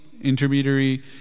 intermediary